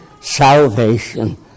salvation